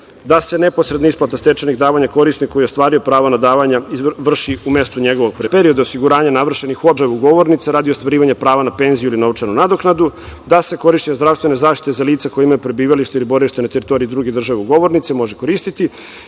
da se neposredna isplata stečajnih davanja korisniku i ostvaruje pravo na davanja, vrši u mestu njegovog prebivališta, da se sabira period osiguranja navršenih u obe države ugovornice radi ostvarivanja prava na penziju ili novčanu nadoknadu, da se korišćenje zdravstvene zaštite za lica koja imaju prebivalište ili boravište na teritoriji druge države ugovornice može koristiti